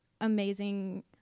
amazing